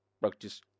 practice